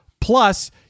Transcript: Plus